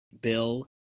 bill